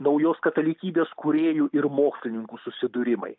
naujos katalikybės kūrėjų ir mokslininkų susidūrimai